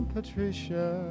Patricia